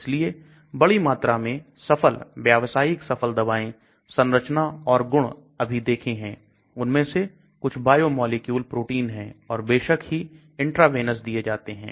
इसलिए बड़ी मात्रा में सफल व्यवसायिक सफल दवाएं संरचना और गुण अभी देखे हैं उनमें से कुछ बायो मॉलिक्यूल प्रोटीन है और बेशक ही इंट्रावेनस दिए जाते हैं